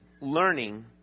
learning